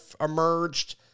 emerged